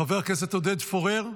חבר הכנסת עודד פורר,